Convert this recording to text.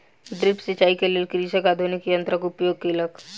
drip सिचाई के लेल कृषक आधुनिक यंत्रक उपयोग केलक